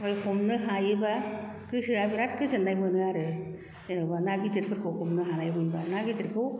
आरो हमनो हायोबा गोसोया बिराद गोजोननाय मोनो आरो जेनोबा ना गिदिरफोरखौ हमनो हानाय मोनबा ना गिदिरखौ